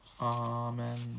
Amen